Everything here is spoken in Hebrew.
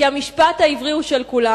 כי המשפט העברי הוא של כולם.